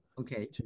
Okay